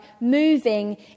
moving